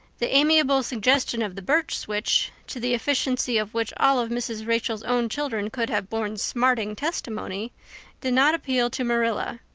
the amiable suggestion of the birch switch to the efficiency of which all of mrs. rachel's own children could have borne smarting testimony did not appeal to marilla.